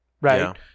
Right